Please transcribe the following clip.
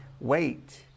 wait